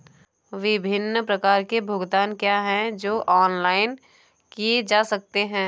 विभिन्न प्रकार के भुगतान क्या हैं जो ऑनलाइन किए जा सकते हैं?